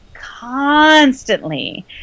constantly